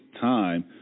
time